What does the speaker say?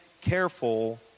careful